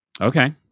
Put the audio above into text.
Okay